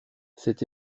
cet